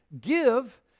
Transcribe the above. Give